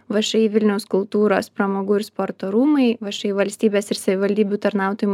všį vilniaus kultūros pramogų ir sporto rūmai všį valstybės ir savivaldybių tarnautojų